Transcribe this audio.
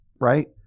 right